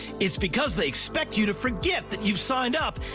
it's because they expect you to forget that you've signed up,